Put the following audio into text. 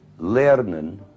Lernen